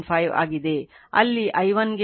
5 ಆಗಿದೆ ಅಲ್ಲಿ i1 ಗೆ 5 sin 400 t ನೀಡಲಾಗುತ್ತದೆ